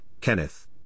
Kenneth